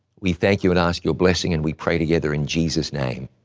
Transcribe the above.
we thank you and ask your blessing, and we pray together in jesus' name,